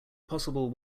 possible